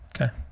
okay